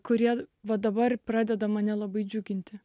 kurie va dabar pradedama nelabai džiuginti